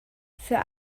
für